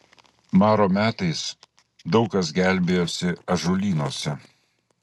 maro metais daug kas gelbėjosi ąžuolynuose